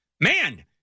Man